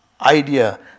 idea